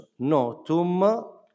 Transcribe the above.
notum